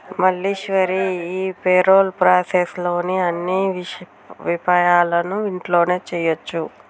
మల్లీశ్వరి ఈ payroll process లోని అన్ని విపాయాలను ఇంట్లోనే చేయొచ్చు